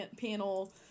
panel